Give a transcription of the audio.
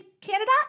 Canada